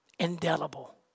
Indelible